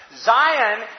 Zion